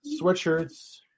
sweatshirts